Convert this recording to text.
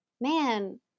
man